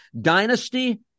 Dynasty